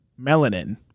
melanin